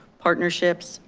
partnerships,